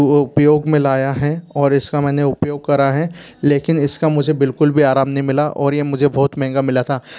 उपयोग में लाया है और इसका मैंने उपयोग करा है लेकिन इसका मुझे बिल्कुल भी आराम नहीं मिला और यह मुझे बहुत महँगा मिला था